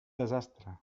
desastre